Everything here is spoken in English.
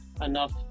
enough